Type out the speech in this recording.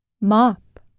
mop